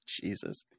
Jesus